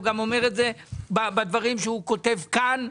היא גם אומרת את זה בדברים שהיא כותבת כאן.